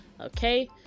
okay